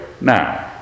now